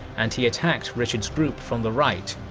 and he attacked richard's group from the right.